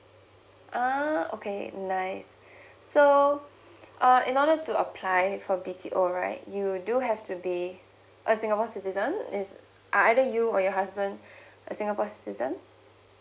ah okay nice so uh in order to apply for B_T_Oright you do have to be a singapore citizen is either you or your husband a singapore citizen